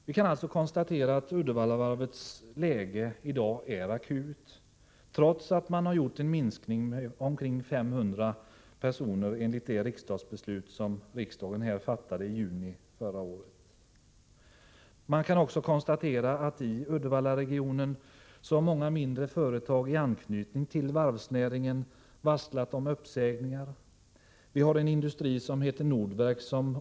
Vi kan alltså konstatera att Uddevallavarvets läge i dag är akut, trots att man har minskat arbetsstyrkan med omkring 500 personer enligt det beslut som riksdagen fattade i juni förra året. Det kan också konstateras att många mindre företag i Uddevallaregionen med anknytning till varvsnäringen har varslat om uppsägningar, likaså en industri som heter Nordverk.